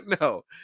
No